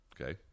Okay